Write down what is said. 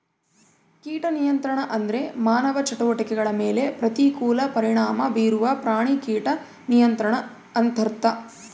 ಕೀಟ ನಿಯಂತ್ರಣ ಅಂದ್ರೆ ಮಾನವ ಚಟುವಟಿಕೆಗಳ ಮೇಲೆ ಪ್ರತಿಕೂಲ ಪರಿಣಾಮ ಬೀರುವ ಪ್ರಾಣಿ ಕೀಟ ನಿಯಂತ್ರಣ ಅಂತರ್ಥ